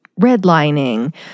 redlining